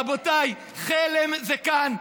רבותיי, חלם זה כאן.